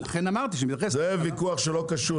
זה ויכוח שלא קשור